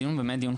הדיון מאוד חשוב.